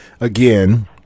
again